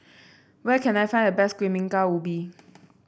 where can I find the best Kuih Bingka Ubi